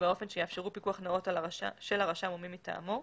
ובאופן שיאפשרו פיקוח נאות של הרשם או מי מטעמו,